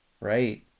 Right